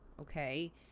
okay